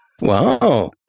Wow